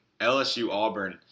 LSU-Auburn